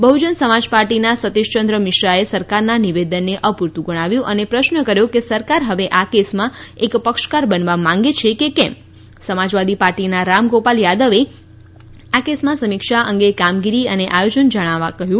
બહ્જન સમાજ પાર્ટીના સતીશચંદ્ર મિશ્રાએ સરકારના નિવેદનને અપૂરતું ગણાવ્યું અને પ્રશ્ન કર્યો કે સરકાર હવે આ કેસમાં એક પક્ષકાર બનવા માંગે છે કે કેમ સમાજવાદી પાર્ટીના રામગોપાલ યાદવે આ કેસમાં સમીક્ષા અંગે કામગીરી અને આયોજન જણાવવા કહ્યું